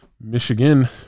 Michigan